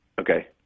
Okay